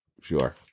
Sure